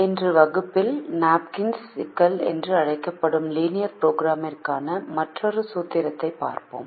இன்றைய வகுப்பில் நாப்கின்ஸ் சிக்கல் என்று அழைக்கப்படும் லீனியர் புரோகிராமிங்கிற்கான மற்றொரு சூத்திரத்தைப் பார்ப்போம்